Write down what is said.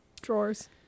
Drawers